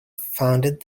founded